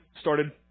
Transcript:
started